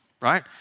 right